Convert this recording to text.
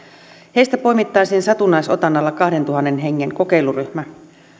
heistä poimittaisiin satunnaisotannalla kahdentuhannen hengen kokeiluryhmä